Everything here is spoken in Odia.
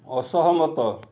ଅସହମତ